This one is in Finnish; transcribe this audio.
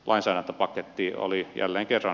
tämä oli se meidän huolenaiheemme